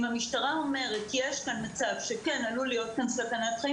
אם המשטרה אומרת שיש כאן מצב שכן עלולה להיות כאן סכנת חיים,